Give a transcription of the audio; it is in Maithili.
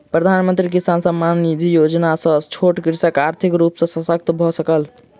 प्रधानमंत्री किसान सम्मान निधि योजना सॅ छोट कृषक आर्थिक रूप सॅ शशक्त भअ सकल